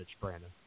Brandon